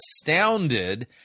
astounded